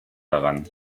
daran